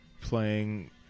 playing